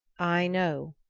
i know,